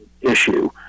issue